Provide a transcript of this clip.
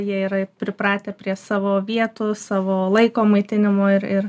jie yra pripratę prie savo vietų savo laiko maitinimo ir ir